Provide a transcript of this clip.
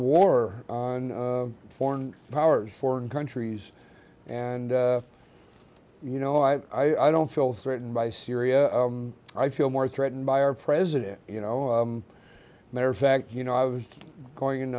war on foreign powers foreign countries and you know i don't feel threatened by syria i feel more threatened by our president you know matter of fact you know i was going